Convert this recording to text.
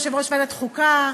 יושב-ראש ועדת חוקה,